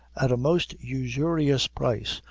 at a most usurious price,